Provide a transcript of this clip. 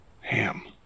Ham